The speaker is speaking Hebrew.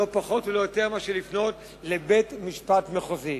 לא פחות ולא יותר מאשר לפנות לבית-משפט מחוזי.